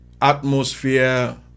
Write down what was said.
atmosphere